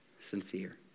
sincere